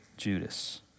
Judas